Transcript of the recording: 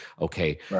Okay